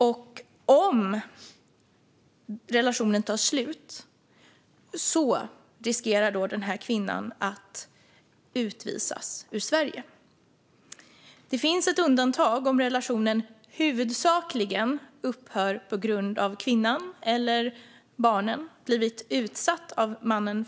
Om relationen tar slut riskerar kvinnan att utvisas ur Sverige. Det finns ett undantag om relationen huvudsakligen upphör på grund av att kvinnan eller barnen blivit utsatta för våld av mannen.